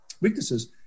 weaknesses